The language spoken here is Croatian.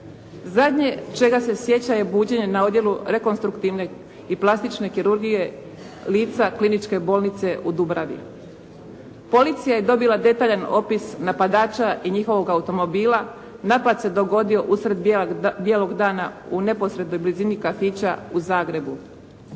Zadnje čega se sjeća je buđenje na odjelu rekonstruktivne i plastične kirurgije lica kliničke bolnice u Dubravi. Policija je dobila detaljan opis napadača i njihovog automobila, napad se dogodio usred bijelog dana u neposrednoj blizini kafića u Zagrebu.